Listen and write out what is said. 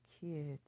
kids